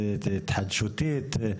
התחדשותית.